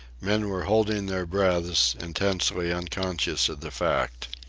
men were holding their breaths, intensely unconscious of the fact.